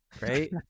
Right